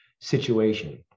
situation